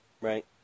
Right